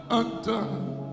undone